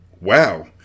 Wow